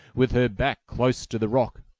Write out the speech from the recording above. with her back close to the rock.